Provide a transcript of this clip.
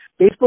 Facebook